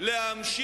חברתי?